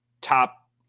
top